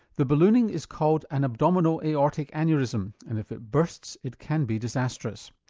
the ballooning is called an abdominal aortic aneurysm and if it bursts, it can be disastrous.